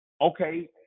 okay